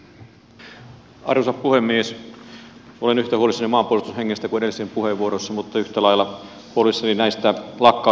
olen yhtä huolissani maanpuolustushengestä kuin oltiin edellisissäkin puheenvuoroissa mutta yhtä lailla huolissani näistä lakkautetuista varuskunnista